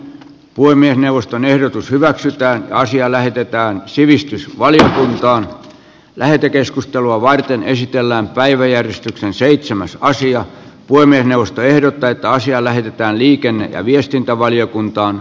puhemiesneuvoston ehdotus hyväksytään asia lähetetään sivistysvaliokuntaan lähetekeskustelua varten esitellään päivä järjestetään seitsemäs osia huimien ostoehdot täyttä asiaa lähdetään liikenne ja viestintävaliokuntaan